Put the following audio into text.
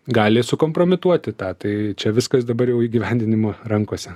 gali sukompromituoti tą tai čia viskas dabar jau įgyvendinimo rankose